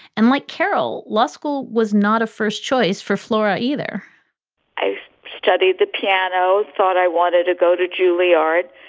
and like carol, law school was not a first choice for flora either i studied the piano. i thought i wanted to go to juilliard,